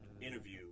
interview